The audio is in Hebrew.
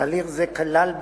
תהליך זה כלל,